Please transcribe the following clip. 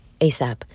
ASAP